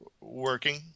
working